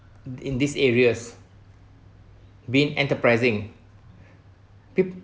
in in these areas being enterprising people